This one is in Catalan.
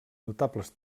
notables